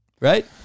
right